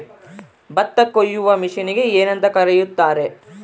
ಭತ್ತ ಕೊಯ್ಯುವ ಮಿಷನ್ನಿಗೆ ಏನಂತ ಕರೆಯುತ್ತಾರೆ?